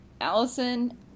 Allison